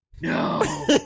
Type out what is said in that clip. No